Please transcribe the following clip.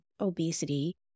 obesity